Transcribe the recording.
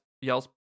yells